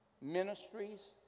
ministries